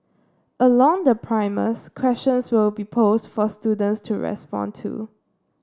along the primers questions will be posed for students to respond to